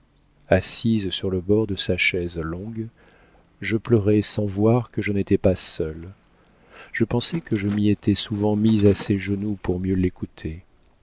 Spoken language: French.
assise sur le bord de sa chaise longue je pleurai sans voir que je n'étais pas seule je pensai que je m'y étais souvent mise à ses genoux pour mieux l'écouter